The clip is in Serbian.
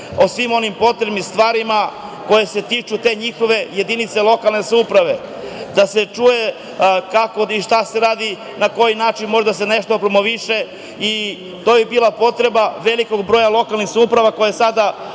o svim onim potrebnim stvarima koji se tiču te njihove jedinice lokalne samouprave, da se čuje kako i šta se radi, na koji način može da se nešto promoviše. To bi bila potreba velikog broja lokalnih samouprava i tih